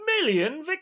million